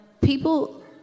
people